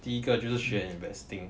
第一个就是学 investing